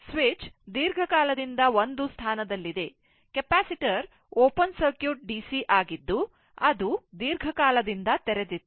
switch ದೀರ್ಘಕಾಲದಿಂದ ಒಂದು ಸ್ಥಾನದಲ್ಲಿದೆ ಕೆಪಾಸಿಟರ್ ಓಪನ್ ಸರ್ಕ್ಯೂಟ್ ಡಿಸಿ ಆಗಿದ್ದು ಅದು ದೀರ್ಘಕಾಲದಿಂದ ತೆರೆದಿತ್ತು